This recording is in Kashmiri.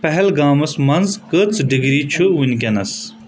پہلگامس منز کٕژ ڈگری چھ وٕنکیٚنس